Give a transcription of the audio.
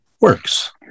works